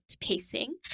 pacing